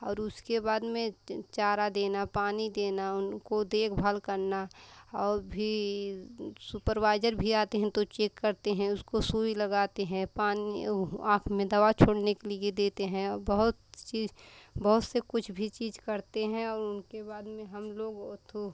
और उसके बाद में चारा देना पानी देना उनको देखभाल करना और भी उंह सुपरवाइजर भी आती हैं तो चेक करती हैं उसको सुईं लगाती हैं पानी उह आँख में दवा छोड़ने के लिए देते हैं और बहुत चीज़ बहुत से कुछ भी चीज़ करते हैं और उनके बाद में हम लोग वो थु